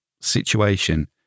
situation